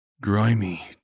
Grimy